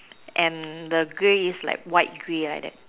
and the grey is like white grey like that